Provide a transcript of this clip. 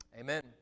Amen